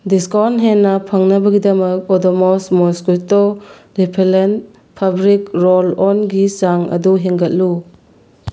discount ꯍꯦꯟꯅ ꯐꯪꯅꯕꯒꯤꯗꯃꯛ Odomos mosquito repellent fabric roll ꯑꯣꯟꯒꯤ ꯆꯥꯡ ꯑꯗꯨ ꯍꯦꯟꯒꯠꯂꯨ